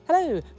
Hello